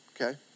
Okay